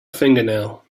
fingernail